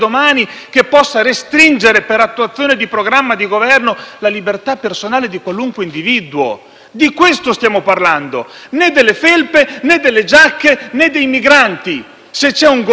di questo stiamo parlando, non delle felpe né delle giacche né dei migranti, ma del fatto che un Governo possa venire prima della libertà costituzionalmente sancita di ogni individuo; questo è il punto.